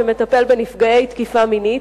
שמטפל בנפגעי תקיפה מינית.